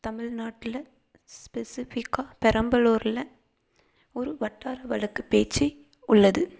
தமிழ்நாட்டில் ஸ்பெசிஃபிக்காக பெரம்பலூரில் ஒரு வட்டார வழக்கு பேச்சு உள்ளது